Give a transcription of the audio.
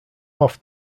off